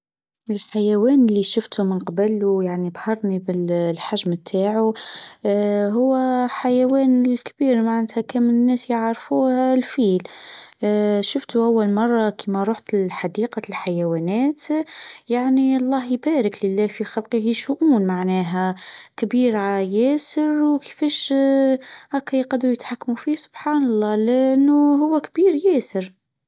الحيوان إللي شفتو من قبل ويعني بهرني بالحجم تاعه هوه الحيوان الكبير معناتها كم الناس يعرفوه هوا الفيل شفتوا اول مره كيم روحت حديقة الحيوانات. يعني الله يبارك لله في خلقه شؤون. معناها كبير على ياسر كيفش يقدروا يتحكموا فيه سبحان الله لانه هو كبير ياسر.